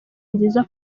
nziza